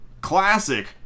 classic